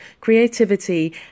creativity